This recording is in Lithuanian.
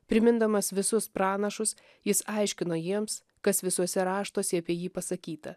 primindamas visus pranašus jis aiškino jiems kas visuose raštuose apie jį pasakyta